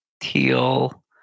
Teal